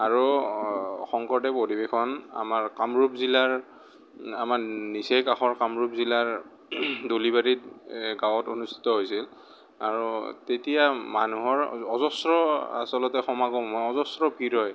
আৰু শংকৰদেৱ অধিৱেশন আমাৰ কামৰূপ জিলাৰ আমাৰ নিচেই কাষৰ কামৰূপ জিলাৰ ডলিবাৰীত গাঁৱত অনুষ্ঠিত হৈছিল আৰু তেতিয়া মানুহৰ অজস্ৰ আচলতে সমাগম হয় অজস্ৰ ভিৰ হয়